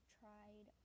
tried